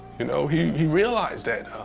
you know he he realized that